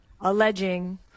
Alleging